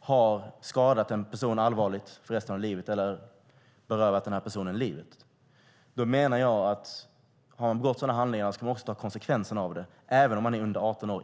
har skadat en person allvarligt för resten av livet eller berövat en person livet. Jag menar att den som har begått sådana handlingar ska ta konsekvenserna av det även om man är under 18 år.